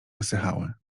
wysychały